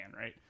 right